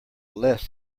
less